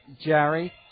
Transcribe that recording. Jerry